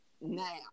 now